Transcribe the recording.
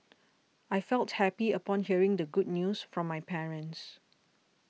I felt happy upon hearing the good news from my parents